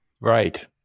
Right